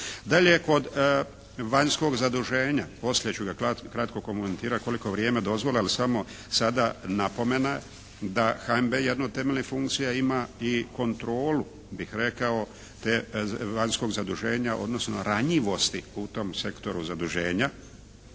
Dalje, kod vanjskog zaduženja, poslije ću ga kratko komentirati koliko vrijeme dozvoli, ali samo sada napomena da HNB jedno od temeljnih funkcija ima i kontrolu bih rekao te vanjskog zaduženja odnosno ranjivosti u tom sektoru zaduženja.